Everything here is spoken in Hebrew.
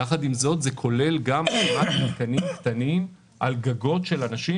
וזה כולל גם הקמת מתקנים קטנים על גגות של אנשים,